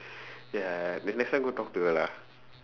ya then next time go talk to her lah